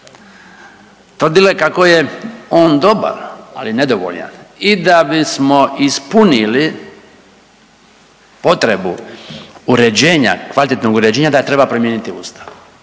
Tvrdila je kako je on dobar, ali nedovoljan i da bismo ispunili potrebu uređenja, kvalitetnog uređenja da treba promijeniti ustav